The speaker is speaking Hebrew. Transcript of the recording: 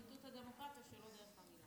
ביטאו את הדמוקרטיה שלא דרך המילה.